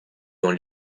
dans